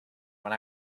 when